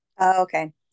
Okay